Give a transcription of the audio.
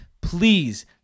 Please